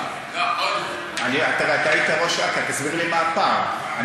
הפער, אתה היית ראש אכ"א, תסביר לי מה הפער.